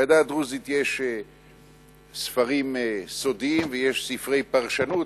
בעדה הדרוזית יש ספרים סודיים ויש ספרי פרשנות,